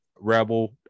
rebel